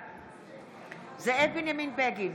בעד זאב בנימין בגין,